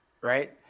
right